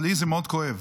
לי זה מאוד כואב.